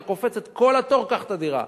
אתה קופץ את כל התור, קח את הדירה.